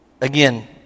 Again